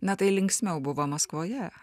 na tai linksmiau buvo maskvoje